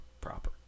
proper